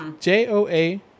J-O-A